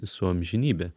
su amžinybe